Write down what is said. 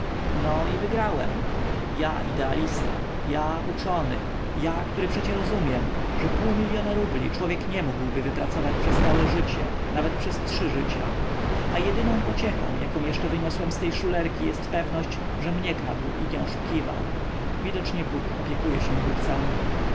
no i wygrałem ja idealista ja uczony ja który przecie rozumiem że pół miliona rubli człowiek nie mógłby wypracować przez całe życie nawet przez trzy życia a jedyną pociechą jaką jeszcze wyniosłem z tej szulerki jest pewność żem nie kradł i nie oszukiwał widocznie bóg opiekuje się